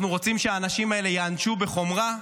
אנחנו רוצים שהאנשים האלה ייענשו בחומרה,